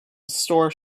store